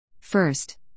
First